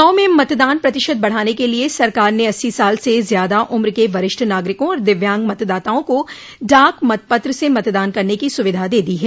चुनाव में मतदान प्रतिशत बढ़ाने के लिये सरकार ने अस्सी साल से ज़्यादा उम्र के वरिष्ठ नागरिकों और दिव्यांग मतदाताओं को डाक मतपत्र से मतदान करने की सुविधा दे दी है